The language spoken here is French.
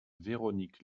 véronique